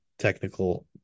technical